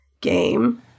game